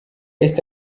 east